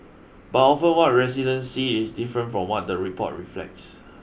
but often what residents see is different from what the report reflects